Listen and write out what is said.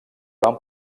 van